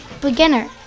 beginner